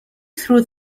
through